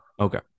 Okay